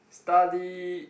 study